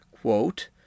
quote